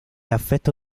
affetto